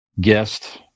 guest